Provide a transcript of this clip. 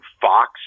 Fox